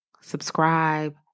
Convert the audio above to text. subscribe